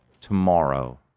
tomorrow